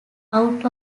out